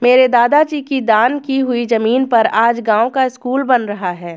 मेरे दादाजी की दान की हुई जमीन पर आज गांव का स्कूल बन रहा है